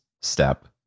step